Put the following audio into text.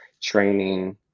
training